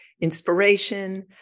inspiration